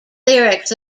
lyrics